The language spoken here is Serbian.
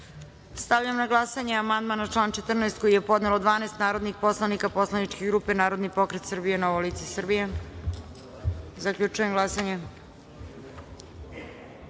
amandman. Stavljam na glasanje amandman na član 6. koji je podnelo 12 narodnih poslanika poslaničke grupe Narodni pokret Srbija – Novo lice Srbije. Zaključujem glasanje: